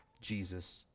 Jesus